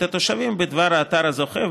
את התושבים בדבר האתר הזוכה,